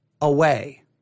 away